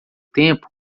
tempo